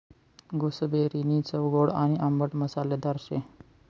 गूसबेरीनी चव गोड आणि आंबट मसालेदार शे